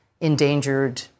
endangered